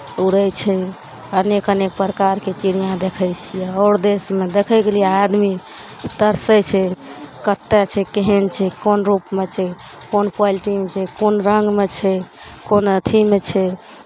उड़ै छै अनेक अनेक प्रकारके चिड़ियाँ देखै छियै आओर देशमे देखयके लिए आदमी तरसै छै कतय छै केहन छै कोन रूपमे छै कोन क्वालिटीमे छै कोन रङ्गमे छै कोन अथीमे छै